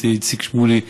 את איציק שמולי,